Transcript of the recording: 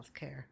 healthcare